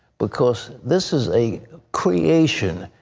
because this is a creation.